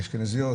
אשכנזיות,